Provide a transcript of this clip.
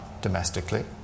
domestically